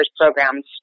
programs